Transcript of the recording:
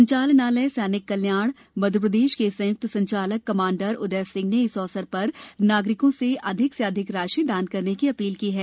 संचालनालय सैनिक कल्याण मध्यप्रदेश के संयुक्त संचालक कमांडर उदय सिंह ने इस अवसर पर नागरिकों से अधिक से अधिक राशि दान करने की अपील की है